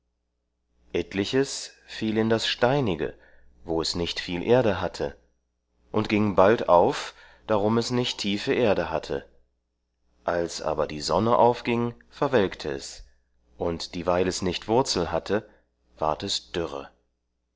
etliches fiel in das steinige wo es nicht viel erde hatte und ging bald auf darum daß es nicht tiefe erde hatte als aber die sonne aufging verwelkte es und dieweil es nicht wurzel hatte ward es dürre